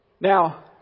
Now